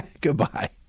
Goodbye